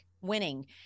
winning